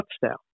touchdown